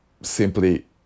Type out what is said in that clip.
simply